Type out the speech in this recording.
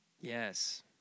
Yes